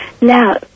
now